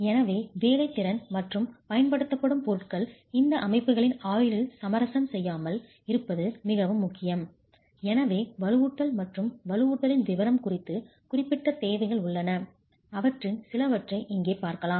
எனவே வேலைத்திறன் மற்றும் பயன்படுத்தப்படும் பொருட்கள் இந்த அமைப்புகளின் ஆயுளில் சமரசம் செய்யாமல் இருப்பது மிகவும் முக்கியம் எனவே வலுவூட்டல் மற்றும் வலுவூட்டலின் விவரம் குறித்து குறிப்பிட்ட தேவைகள் உள்ளன அவற்றில் சிலவற்றை இங்கே பார்க்கலாம்